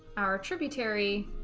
our tributary